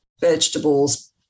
vegetables